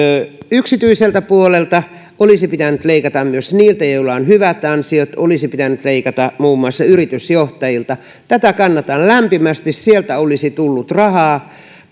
yksityiseltä puolelta olisi pitänyt leikata myös niiltä joilla on hyvät ansiot olisi pitänyt leikata muun muassa yritysjohtajilta tätä kannatan lämpimästi sieltä olisi tullut rahaa